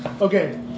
Okay